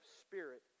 spirit